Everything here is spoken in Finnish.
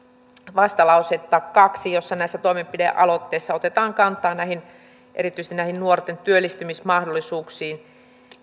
vastalausetta kaksi jossa näissä toimenpidealoitteissa otetaan kantaa erityisesti nuorten työllistymismahdollisuuksiin